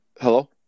Hello